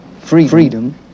Freedom